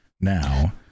now